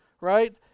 Right